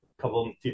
couple